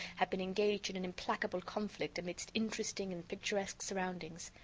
had been engaged in an implacable conflict amidst interesting and picturesque surroundings.